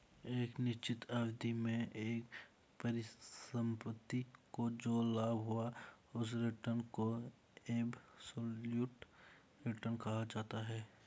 एक निश्चित अवधि में एक परिसंपत्ति को जो लाभ हुआ उस रिटर्न को एबसोल्यूट रिटर्न कहा जाता है